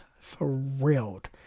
thrilled